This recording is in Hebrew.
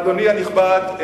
אדוני הנכבד,